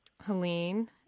Helene